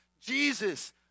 Jesus